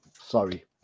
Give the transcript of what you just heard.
Sorry